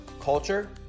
culture